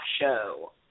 show